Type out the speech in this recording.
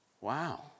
Wow